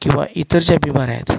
किंवा इतर ज्या बिमाऱ्या आहेत